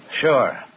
Sure